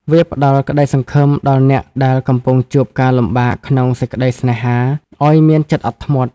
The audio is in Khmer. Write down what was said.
វាផ្ដល់ក្ដីសង្ឃឹមដល់អ្នកដែលកំពុងជួបការលំបាកក្នុងសេចក្ដីស្នេហា ឱ្យមានចិត្តអត់ធ្មត់។